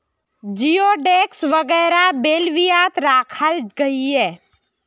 जिओडेक्स वगैरह बेल्वियात राखाल गहिये